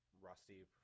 rusty